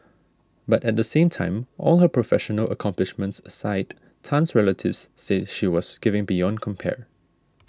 but at the same time all her professional accomplishments aside Tan's relatives say she was giving beyond compare